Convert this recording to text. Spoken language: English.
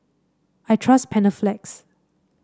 I trust Panaflex